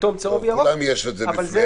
לכולם יש את זה בפניהם.